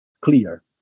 clear